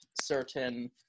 certain